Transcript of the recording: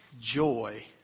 joy